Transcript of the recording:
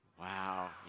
Wow